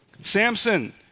Samson